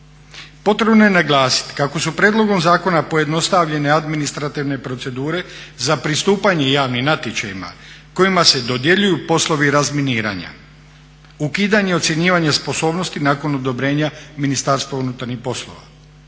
Potrebno je naglasiti kako su prijedlogom zakona pojednostavljene administrativne procedure za pristupanje javnim natječajima kojima se dodjeljuju poslovi razminiranja, ukidanje ocjenjivanja sposobnosti nakon odobrenja Ministarstva unutarnjih poslova.